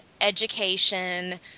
education